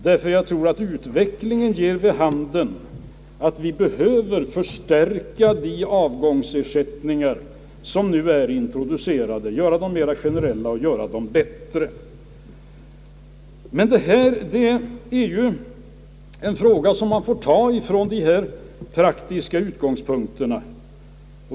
Ty jag tror att utvecklingen ger vid handen att vi behöver förstärka de avskedsersättningar som nu är introducerade, göra dem mer generella och göra dem bättre. Men detta är en fråga som man får behandla från dessa praktiska utgångspunkter.